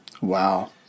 Wow